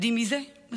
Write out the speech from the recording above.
יודעים מי זה באשיר?